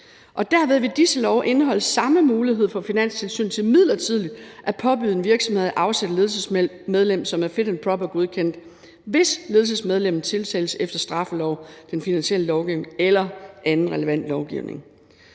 Derved vil disse love indeholde samme mulighed for Finanstilsynet til midlertidigt at påbyde en virksomhed at afsætte et ledelsesmedlem, som er fit and proper-godkendt, hvis ledelsesmedlemmet tiltales efter straffeloven, den finansielle lovgivning eller anden relevant lovgivning.